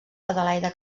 adelaida